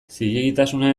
zilegitasuna